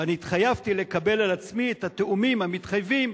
ואני התחייבתי לקבל על עצמי את התיאומים המתחייבים,